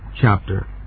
chapter